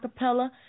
Acapella